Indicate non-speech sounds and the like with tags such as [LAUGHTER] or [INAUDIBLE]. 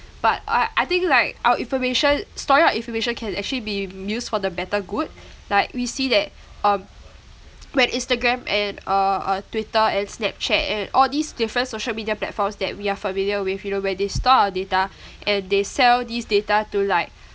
but I I think like our information storing our information can actually be used for the better good like we see that um when instagram and uh uh twitter and snapchat and all these different social media platforms that we are familiar with you know where they store our data [BREATH] and they sell these data to like